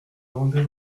rendez